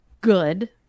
good